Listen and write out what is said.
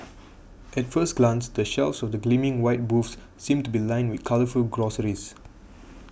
at first glance the shelves of the gleaming white booths seem to be lined with colourful groceries